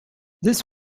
this